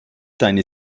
deine